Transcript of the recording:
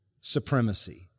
supremacy